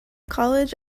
college